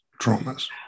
traumas